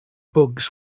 bugs